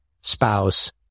spouse